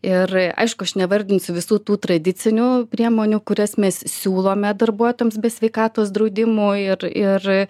ir aišku aš nevardinsiu visų tų tradicinių priemonių kurias mes siūlome darbuotojams be sveikatos draudimų ir ir